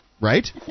right